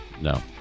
No